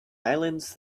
islands